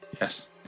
Yes